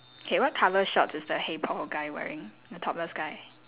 okay what colour shorts is the hey paul guy wearing the topless guy